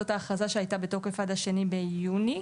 זו ההכרזה שהייתה בתוקף עד ה-2 ביוני,